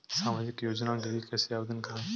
सामाजिक योजना के लिए कैसे आवेदन करें?